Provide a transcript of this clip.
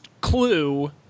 Clue